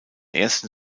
ersten